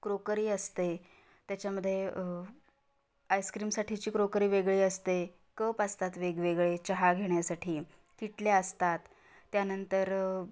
crockery असते त्याच्यामध्ये आईस्क्रीमसाठीची क्रोकरी वेगळी असते कप असतात वेगवेगळे चहा घेण्यासाठी किटल्या असतात त्यानंतर